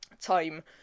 time